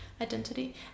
identity